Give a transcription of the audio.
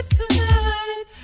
tonight